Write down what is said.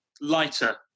lighter